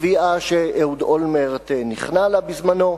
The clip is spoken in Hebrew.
תביעה שאהוד אולמרט נכנע לה בזמנו,